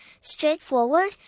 straightforward